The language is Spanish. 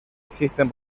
existen